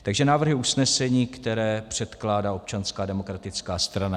Takže návrhy usnesení, které předkládá Občanská demokratická strana.